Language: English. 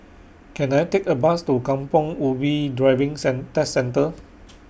Can I Take A Bus to Kampong Ubi Driving cen Test Centre